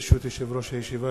ברשות יושב-ראש הישיבה,